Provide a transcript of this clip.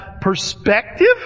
perspective